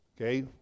Okay